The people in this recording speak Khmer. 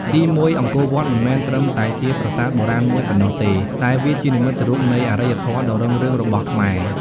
ទីមួយ អង្គរវត្តមិនមែនត្រឹមតែជាប្រាសាទបុរាណមួយប៉ុណ្ណោះទេ តែវាជានិមិត្តរូបនៃអរិយធម៌ដ៏រុងរឿងរបស់ខ្មែរ។